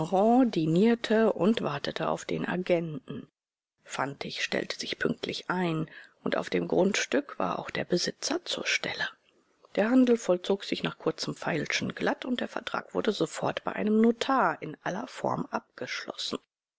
dinierte und wartete auf den agenten fantig stellte sich pünktlich ein und auf dem grundstück war auch der besitzer zur stelle der handel vollzog sich nach kurzem feilschen glatt und der vertrag wurde sofort bei einem notar in aller form abgeschlossen